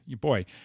boy